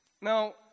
Now